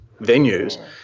venues